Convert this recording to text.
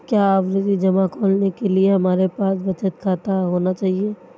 क्या आवर्ती जमा खोलने के लिए हमारे पास बचत खाता होना चाहिए?